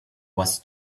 was